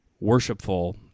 worshipful